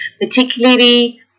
particularly